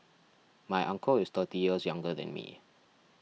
my uncle is thirty years younger than me